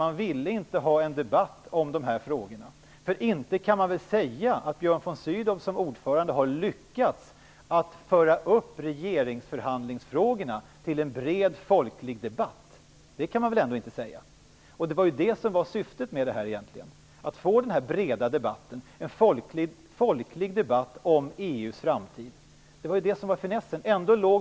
Man ville inte ha en debatt om dessa frågor, för man kan väl ändå inte säga att Björn von Sydow som ordförande har lyckats att föra upp regeringsförhandlingsfrågorna till en bred folklig debatt. Syftet var ju egentligen att få en bred, folklig debatt om EU:s framtid. Det var ju det som var finessen.